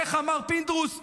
איך אמר פינדרוס?